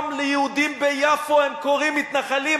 גם ליהודים ביפו הם קוראים מתנחלים,